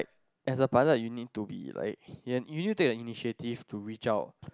as a pilot you need to be like you you need to take the initiative to reach out